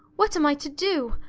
what am i to do?